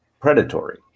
predatory